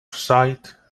sight